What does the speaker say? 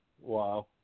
Wow